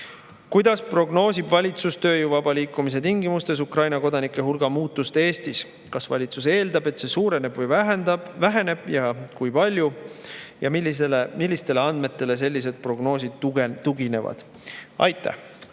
Kuidas prognoosib valitsus tööjõu vaba liikumise tingimustes Ukraina kodanike hulga muutust Eestis? Kas valitsus eeldab, et see suureneb või väheneb, ja kui palju? Ja millistele andmetele sellised prognoosid tuginevad? Aitäh!